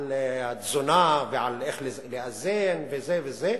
על תזונה ועל איך לאזן וזה וזה,